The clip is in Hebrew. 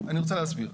אני רוצה להסביר.